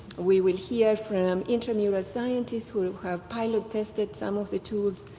we will hear from intramural scientists who have pilot-tested some of the tools,